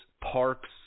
parks